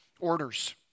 Orders